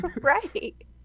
Right